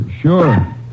sure